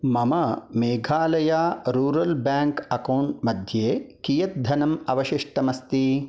मम Meghalaya rural bank account मध्ये कियत् धनम् अवशिष्टम् अस्ति